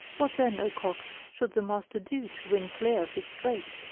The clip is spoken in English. what then, o cock, should the master do to win clear of his strait?